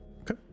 Okay